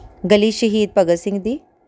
ਗਲੀ ਸ਼ਹੀਦ ਭਗਤ ਸਿੰਘ ਦੀ